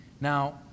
Now